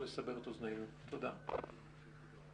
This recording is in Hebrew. (מוצגת מצגת)